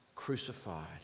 crucified